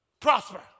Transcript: prosper